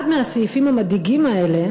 אחד מהסעיפים המדאיגים האלה